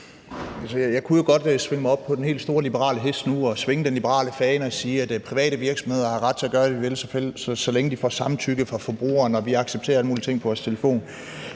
Jeg kunne jo godt svinge mig op på den helt store liberale hest nu og svinge den liberale fane og sige, at private virksomheder har ret til at gøre, hvad de vil, så længe de får samtykke fra forbrugeren, og så længe vi accepterer alle mulige ting på vores telefon.